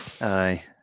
Aye